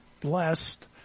blessed